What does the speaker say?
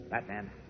Batman